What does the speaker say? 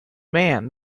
man